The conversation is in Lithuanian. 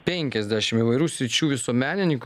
penkiasdešim įvairių sričių visuomenininkų